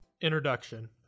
Introduction